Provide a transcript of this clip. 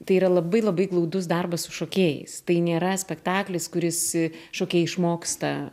tai yra labai labai glaudus darbas su šokėjais tai nėra spektaklis kuris šokėjai išmoksta